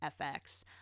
FX